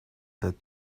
the